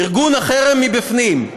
ארגון "החרם מבפנים"